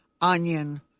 onion